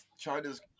China's